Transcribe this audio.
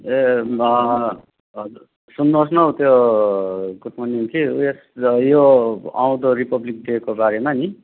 ए हजुर सुन्नुहोस् न हौ त्यो गुड मर्निङ कि ऊ यस यो आउँदो रिपब्लिक डेको बारेमा नि